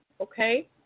okay